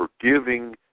forgiving